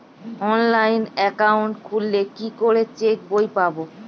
Online account খুললে কি করে চেক বই পাব?